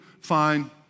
Fine